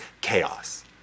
chaos